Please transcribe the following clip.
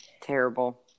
terrible